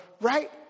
right